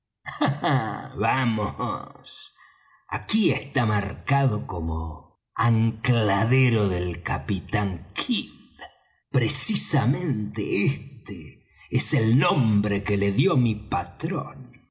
vamos aquí está marcado ancladero del capitán kidd precisamente este es el nombre que le dió mi patrón